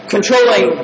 Controlling